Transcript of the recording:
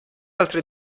altre